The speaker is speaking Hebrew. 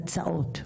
הצעות.